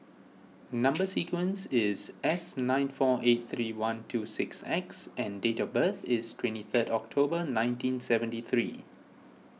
Number Sequence is S nine four eight three one two six X and date of birth is twenty third October nineteen seventy three